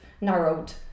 narrowed